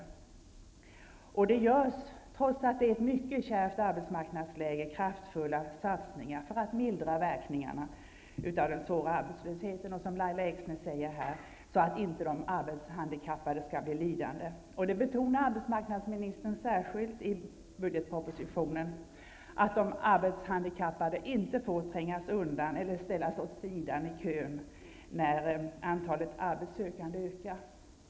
Som Lahja Exner sade görs det, trots att arbetsmarknadsläget är mycket kärvt, kraftfulla satsningar för att mildra verkningarna av den svåra arbetslösheten, så att inte de arbetshandikappade skall bli lidande. Arbetsmarknadsministern betonar särskilt i propositionen att de arbetshandikappade inte får trängas undan eller ställas åt sidan i kön när antalet arbetssökande ökar.